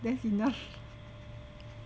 that's enough